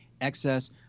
excess